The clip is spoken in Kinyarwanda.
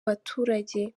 baturage